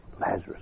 Lazarus